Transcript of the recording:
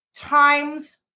Times